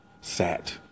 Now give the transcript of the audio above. sat